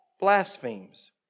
blasphemes